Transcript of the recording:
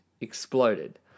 exploded